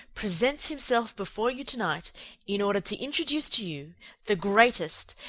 presents himself before you tonight in order to introduce to you the greatest,